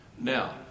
Now